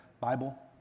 Bible